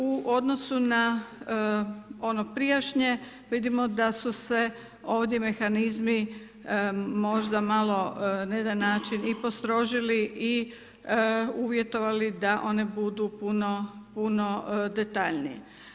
U odnosu na ono prijašnje, vidimo da su se ovdje mehanizmi, možda malo na jedan način i postrožili i uvjetovali da one budu puno detaljnije.